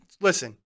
Listen